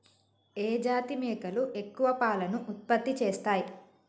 ఏ జాతి మేకలు ఎక్కువ పాలను ఉత్పత్తి చేస్తయ్?